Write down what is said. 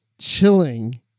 Chilling